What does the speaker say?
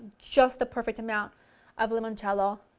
just the perfect amount of limoncello.